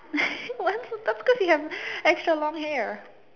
one stuff cause you have extra long hair